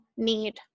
need